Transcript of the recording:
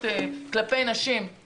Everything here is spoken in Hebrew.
אני עוסק בנושאים האלה יום יום.